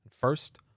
first